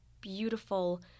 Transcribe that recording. beautiful